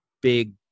big